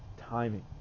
timing